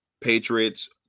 Patriots